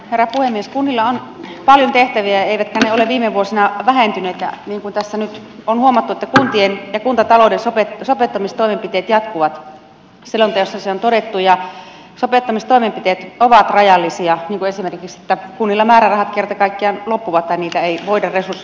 kunnilla on paljon tehtäviä eivätkä ne ole viime vuosina vähentyneet ja niin kuin tässä nyt on huomattu kuntien ja kuntatalouden sopeuttamistoimenpiteet jatkuvat selonteossa se on todettu ja sopeuttamistoimenpiteet ovat rajallisia niin kuin esimerkiksi siinä että kunnilla määrärahat kerta kaikkiaan loppuvat tai niitä ei voida resursoida tarpeeksi